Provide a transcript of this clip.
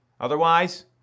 Otherwise